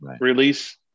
release